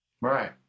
Right